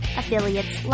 affiliates